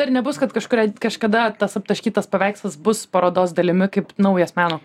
ar nebus kad kažkurią kažkada tas aptaškytas paveikslas bus parodos dalimi kaip naujas mano